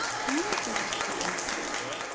i wonder if we just put in free